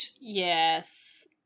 Yes